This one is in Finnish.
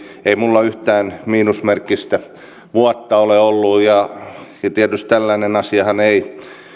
ei ole yhtään miinusmerkkistä vuotta ollut tietysti tällainen asiahan ei